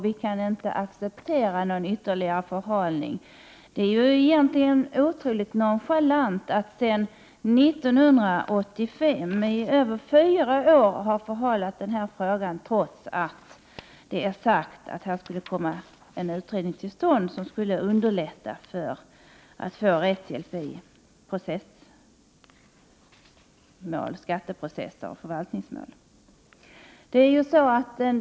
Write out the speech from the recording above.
Vi kan inte acceptera någon ytterligare förhalning. Egentligen är det otroligt nonchalant att förhala frågan i över fyra år — alltså sedan 1985 — trots att en utredning har utlovats som skulle göra det lättare för människor att få rättshjälp vid processer — skatteprocesser och förvaltningsmål.